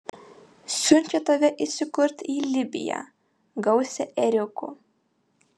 siunčia tave įsikurti į libiją gausią ėriukų